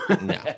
no